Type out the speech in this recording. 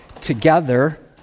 together